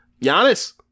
Giannis